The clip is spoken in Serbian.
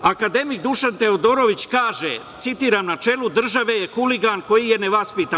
Akademik Dušan Teodorović kaže, citiram – na čelu države je huligan koji je nevaspitan.